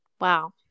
Wow